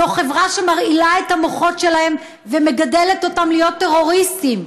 זו חברה שמרעילה את המוחות שלהם ומגדלת אותם להיות טרוריסטים,